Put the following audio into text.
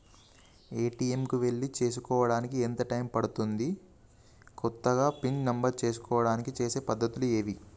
ATM కు వెళ్లి చేసుకోవడానికి ఎంత టైం పడుతది? కొత్తగా పిన్ నంబర్ చేయడానికి చేసే పద్ధతులు ఏవి?